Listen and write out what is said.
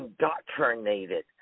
indoctrinated